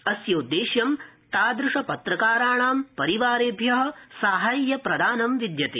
अस्योदेश्यं तादृश पत्रकाराणां परिवारेभ्य साहाय्यं प्रदानं विद्यते